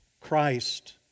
Christ